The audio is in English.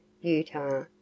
utah